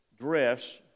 dress